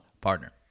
partner